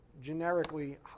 generically